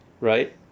Right